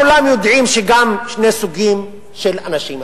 כולם יודעים שאלה גם שני סוגים של אנשים,